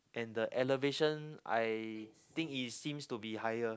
and the elevation I think it seems to be higher